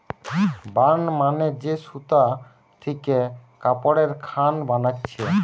burn মানে যে সুতা থিকে কাপড়ের খান বানাচ্ছে